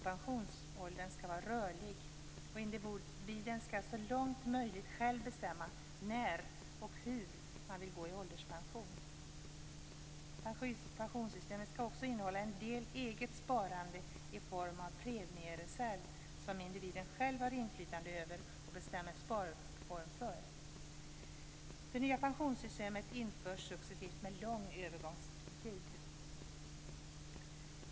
· Pensionsåldern skall vara rörlig, och individen skall så långt möjligt själv bestämma när och hur man vill gå i ålderspension. · Pensionssystemet skall innehålla en del eget sparande i form av premiereserv, som individen själv har inflytande över och bestämmer sparform för.